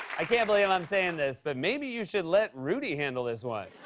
i can't believe i'm saying this, but maybe you should let rudy handle this one.